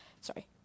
Sorry